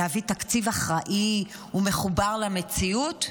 להביא תקציב אחראי ומחובר למציאות?